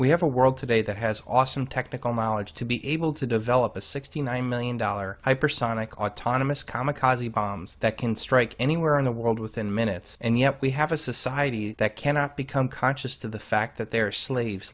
we have a world today that has awesome technical knowledge to be able to develop a sixty nine million dollar hypersonic autonomous kamikaze bombs that can strike anywhere in the world within minutes and yet we have a society that cannot become conscious to the fact that there are slaves